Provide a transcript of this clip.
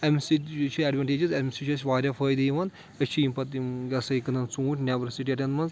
امہِ سۭتۍ یہِ چھِ ایٚڈویٚنٹیجِز اَمہِ سۭتۍ چھُ اسہِ واریاہ فٲیدٕ یِوان أسۍ چھِ یِم پَتہٕ یِم ہَسا یہِ کٕنان ژوٗنٛٹھۍ نیٚبرٕ سِٹیٹَن منٛز